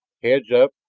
heads up,